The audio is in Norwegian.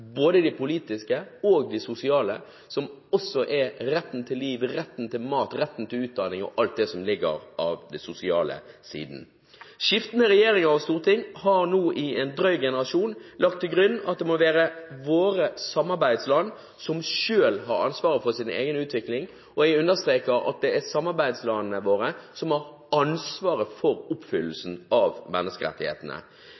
både de politiske og de sosiale, som også er retten til liv, retten til mat og retten til utdanning og alt det som ligger på den sosiale siden. Skiftende regjeringer og storting har nå i en drøy generasjon lagt til grunn at det må være våre samarbeidsland som selv har ansvaret for sin egen utvikling, og jeg understreker at det er samarbeidslandene våre som har ansvaret for